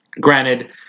Granted